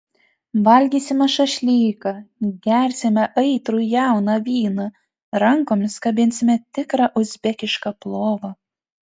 valgysime šašlyką gersime aitrų jauną vyną rankomis kabinsime tikrą uzbekišką plovą